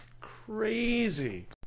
crazy